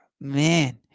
man